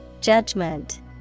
Judgment